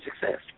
success